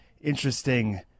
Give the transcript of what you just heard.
interesting